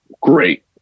great